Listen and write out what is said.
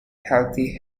healthy